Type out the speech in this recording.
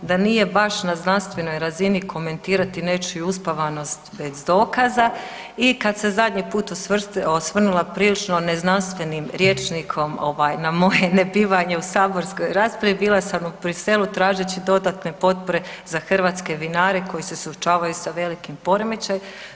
Da nije baš na znanstvenoj razini komentirati nečiju uspavanost bez dokaza i kad se zadnji put osvrnula prilično neznanstvenim rječnikom ovaj, na moje nebivanje u saborskoj raspravi, bila sam u Bruxellesu tražeći dodatne potpore za hrvatske vinare koji se suočavaju sa veliki poremećaj.